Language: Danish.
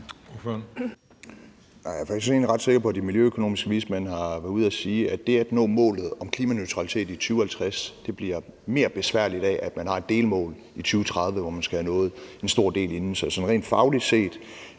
Jeg er faktisk ret sikker på, at de miljøøkonomiske vismænd har været ude at sige, at det at nå målet om klimaneutralitet i 2050 bliver mere besværligt af, at man har et delmål i 2030, så man skal have nået en stor del inden. Så sådan rent fagligt set